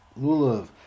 lulav